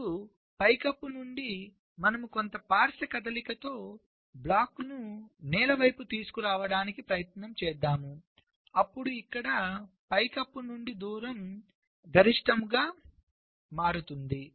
ఇప్పుడు పైకప్పు నుండి మనము కొంత పార్శ్వ కదలికతో బ్లాక్లను నేల వైపుకు తీసుకురావడానికి ప్రయత్నం చేద్దాము అప్పుడు ఇక్కడ పైకప్పు నుండి దూరం గరిష్టంగా మారుతుంది